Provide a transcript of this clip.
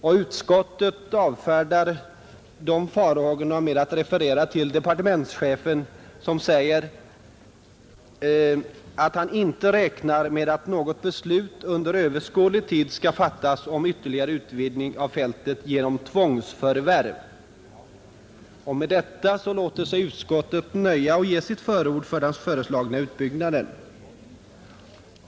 Men utskottet avfärdar de farhågorna med att referera till departementschefen, som ”inte räknar med att något beslut under överskådlig tid skall fattas om ytterligare utvidgning av fältet genom tvångsförvärv”. Med detta låter sig utskottet nöja och ger sitt förord för den föreslagna utbyggnaden.